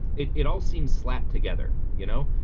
it it all seems slapped together, you know,